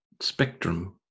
spectrum